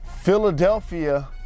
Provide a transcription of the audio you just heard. Philadelphia